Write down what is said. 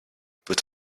put